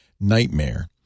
nightmare